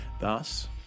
Thus